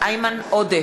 איימן עודה,